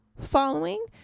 following